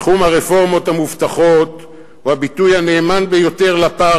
תחום הרפורמות המובטחות הוא הביטוי הנאמן ביותר לפער